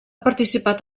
participat